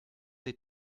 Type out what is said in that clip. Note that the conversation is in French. des